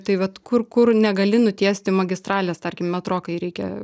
tai vat kur kur negali nutiesti magistralės tarkim metro kai reikia